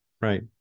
Right